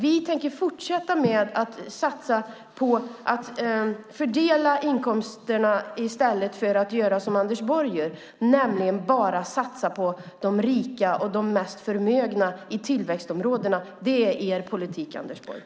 Vi tänker fortsätta att satsa på att fördela inkomsterna i stället för att göra som Anders Borg, nämligen bara satsa på de rika och de mest förmögna i tillväxtområdena. Det är er politik, Anders Borg.